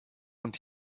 und